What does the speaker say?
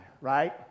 right